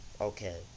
okay